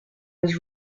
was